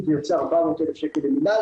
זה יוצא 400 אלף שקל למינהל,